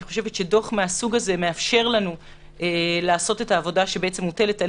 אני חושבת שדוח מסוג זה מאפשר לנו לעשות את העבודה שמוטלת עלינו.